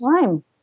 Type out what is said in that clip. time